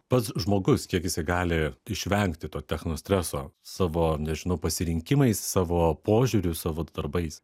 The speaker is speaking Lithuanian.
pats žmogus kiek jisai gali išvengti to technostreso savo nežinau pasirinkimais savo požiūriu savo darbais